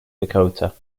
dakota